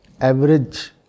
average